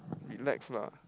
relax lah